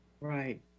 Right